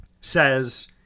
says